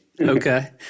Okay